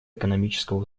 экономического